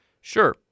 Sure